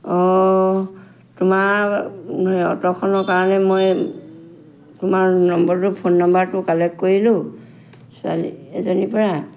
অঁ তোমাৰ সেই অ'টোখনৰ কাৰণে মই তোমাৰ নম্বৰটো ফোন নম্বৰটো কালেক্ট কৰিলোঁ ছোৱালী এজনীৰ পৰা